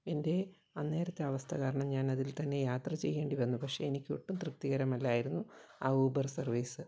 എൻ്റെ അന്നേരത്തെ അവസ്ഥ കാരണം ഞാനതിൽ തന്നെ യാത്ര ചെയ്യേണ്ടി വന്നു പക്ഷേ എനിക്കൊട്ടും തൃപ്തികരമല്ലായിരുന്നു ആ ഊബർ സർവ്വീസ്